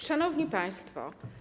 Szanowni Państwo!